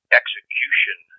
execution